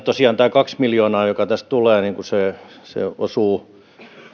tosiaan tämä kaksi miljoonaa tässä tulee vaikka tämä tekninen muutos osuu